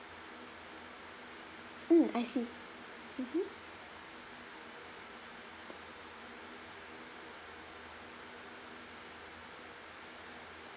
mm I see mmhmm